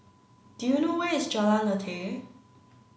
do you know where is Jalan Lateh